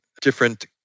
different